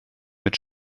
mit